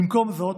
במקום זאת,